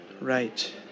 right